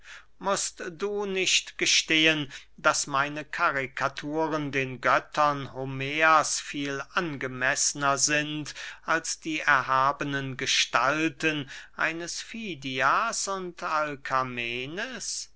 mußt du nicht gestehen daß meine karikaturen den göttern homers viel angemeßner sind als die erhabenen gestalten eines fidias und alkamenes